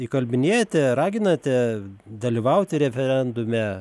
įkalbinėjate raginate dalyvauti referendume